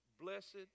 Blessed